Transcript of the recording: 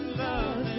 love